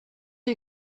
you